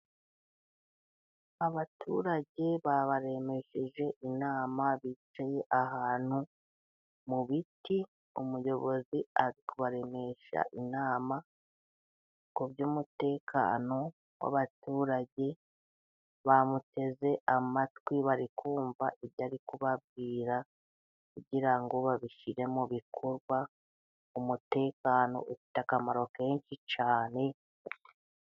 Abaturage babaremesheje inama bicaye ahantu mu biti .Umuyobozi ari kubaremesha inama ku by'umutekano w'abaturage ,bamuteze amatwi ,bari kumva ibyo ari kubabwira kugira ngo babishyire mu bikorwa .Umutekano ufite akamaro kenshi cyane.